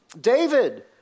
David